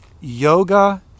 yoga